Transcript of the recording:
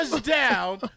down